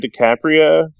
DiCaprio